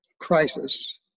crisis